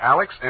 Alex